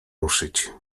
ruszyć